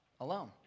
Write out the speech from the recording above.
alone